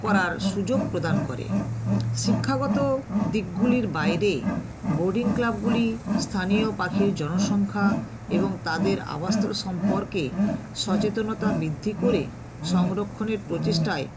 করার সুযোগ প্রদান করে শিক্ষাগত দিকগুলির বাইরে বার্ডিং ক্লাবগুলি স্থানীয় পাখির জনসংখ্যা এবং তাদের আবাসস্থল সম্পর্কে সচেতনতা বৃদ্ধি করে সংরক্ষণের প্রচেষ্টায়